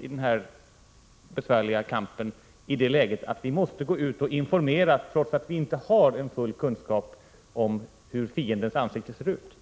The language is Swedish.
I denna besvärliga kamp är vi alltid i det läget att vi måste gå ut och informera trots att vi inte har full kunskap om hur fiendens ansikte ser ut.